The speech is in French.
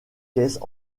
caisses